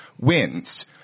wins